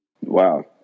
Wow